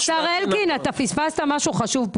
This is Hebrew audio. השר אלקין, אתה פספסת משהו חשוב.